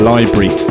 Library